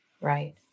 Right